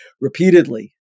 repeatedly